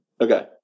Okay